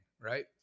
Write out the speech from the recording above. Right